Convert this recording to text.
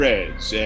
Reds